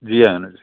ਜੀ ਆਇਆਂ ਨੂੰ ਜੀ